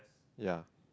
ya